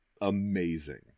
amazing